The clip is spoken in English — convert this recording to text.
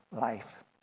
life